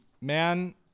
man